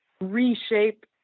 reshape